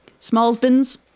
Smallsbins